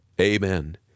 Amen